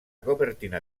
copertina